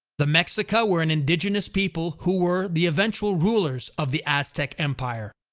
the mexica were an indigenous people who were the eventual rulers of the aztec empire.